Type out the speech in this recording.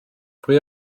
pwy